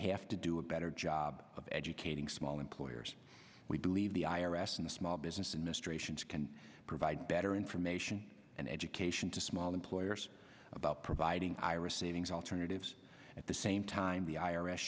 have to do a better job of educating small employers we believe the i r s and small business administration can provide better information and education to small employers about providing iras savings alternatives at the same time the i